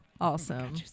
Awesome